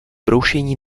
broušení